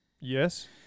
yes